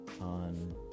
on